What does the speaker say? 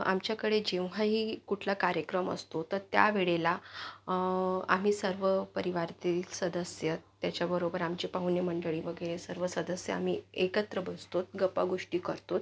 आमच्याकडे जेव्हाही कुठला कार्यक्रम असतो तर त्या वेळेला आम्ही सर्व परिवारतील सदस्य त्याच्याबरोबर आमचे पाहुणे मंडळी वगैरे सर्व सदस्य आम्ही एकत्र बसतोत गप्पागोष्टी करतोत